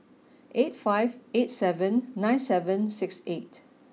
eight five eight seven nine seven six eight